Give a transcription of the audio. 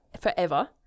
forever